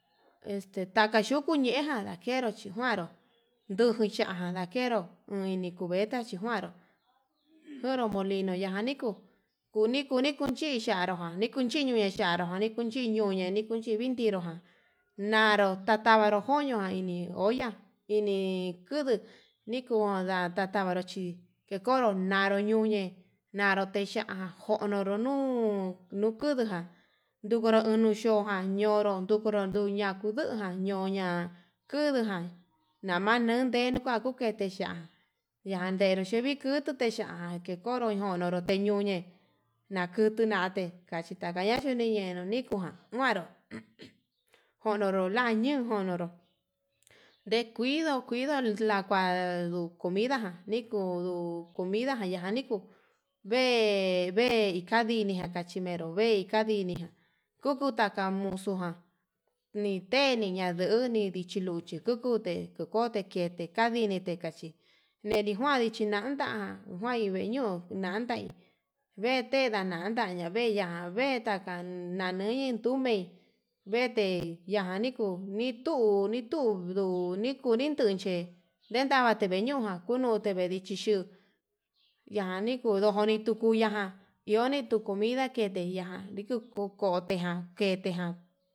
Este taka ñujun ñejan kenro xhijuanro, ndujun chajan ndakero uni cubeta xhinjuaru kunu molino ya'á niku kuni kuni kuu xhicharoján nikui chiñei xhanro ján, ndiku chiñuña ndikun chivii ndirojan nanró tatavaro joño ján ini olla ini kuduu nikuu ndan ndatata aro chí ke koro ndaro ñuñe nanro te ya'á jonro nuu nukudujan ndukutu unu yo'ó ján, añoro ndukuro ñoré ñakudujan ñoña kuduján naman nde nikua akuu kete ya'á, yandero xhemi kutuu ya'á kekoro ñonrono teyo'o ñuñe nakutu nate kachi takaña xhuniñe no nikujan kuaro jonoro la ñuu jonoro, ndekuido kuido la kua na nduu comida ján nii kuu comidajan yajan nikuu vee vee ikadini naka chiveru vei ka'a, nini kuku taka muxuha niteni yanduni ndichi luchi kukute kokote kete kandini te kachi ndeni njuane chinanda kuain, vee ñuu nantai vee te layanda ha veña'a nave taka nanui umei vete yajan nikuu nituu nikuu nduu nika ninduchi nindavati, teveñujan kunute vee ndixhixi yaniju kudojoni nitukuña ján iho ni tuu comida kete ya'a nitikuu kotejan keteya'a.